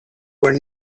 were